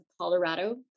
Colorado